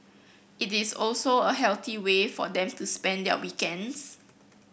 it is also a healthy way for them to spend their weekends